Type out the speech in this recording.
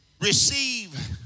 receive